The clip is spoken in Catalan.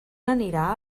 anirà